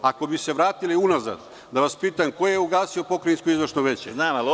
Ako bi se vratili unazad, da vas pitam – ko je ugasio Pokrajinsko izvršno veće?